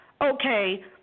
okay